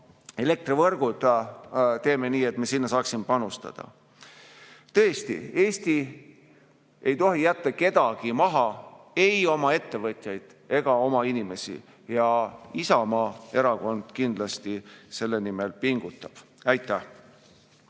elektrivõrgud teeme nii, et me sinna saaksime panustada. Tõesti, Eesti ei tohi jätta kedagi maha – ei oma ettevõtjaid ega oma inimesi – ja Isamaa Erakond kindlasti selle nimel pingutab. Aitäh!